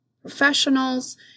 professionals